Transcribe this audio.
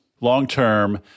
long-term